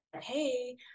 hey